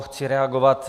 Chci reagovat.